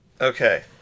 okay